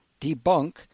debunk